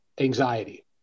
anxiety